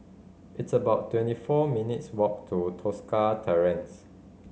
it's about twenty four minutes' walk to Tosca Terrace